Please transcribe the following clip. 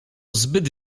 zbyt